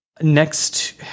next